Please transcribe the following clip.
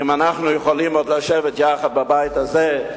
אם אנחנו יכולים עוד לשבת יחד בבית הזה,